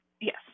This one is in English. Yes